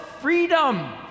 freedom